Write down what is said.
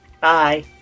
Bye